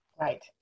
right